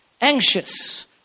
anxious